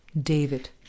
David